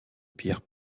pierre